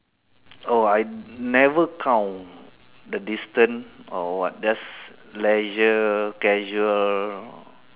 oh I never count the distant or what just leisure casual